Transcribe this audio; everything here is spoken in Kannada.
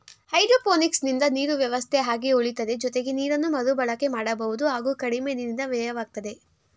ಹೈಡ್ರೋಪೋನಿಕ್ಸಿಂದ ನೀರು ವ್ಯವಸ್ಥೆ ಹಾಗೆ ಉಳಿತದೆ ಜೊತೆಗೆ ನೀರನ್ನು ಮರುಬಳಕೆ ಮಾಡಬಹುದು ಹಾಗೂ ಕಡಿಮೆ ನೀರಿನ ವ್ಯಯವಾಗ್ತದೆ